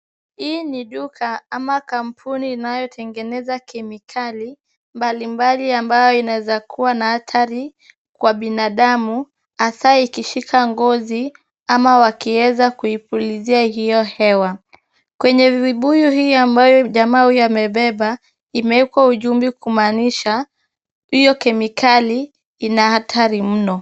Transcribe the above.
Hii ni duka ama kampuni ambayo inatengeneza kemikali mbalimbali ambayo inaeza kuwa na hatari kwa binadamu, hasaa ikishika ngozi ama wakieza kuipulizia hiyo hewa. Kwenye vibuyu hii ambayo jamaa huyu amebeba, imeekwa ujumbe kumaanisha, hiyo kemikali ina hatari mno.